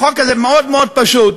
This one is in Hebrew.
החוק הזה מאוד מאוד פשוט,